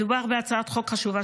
מדובר בהצעת חוק חשובה,